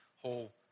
whole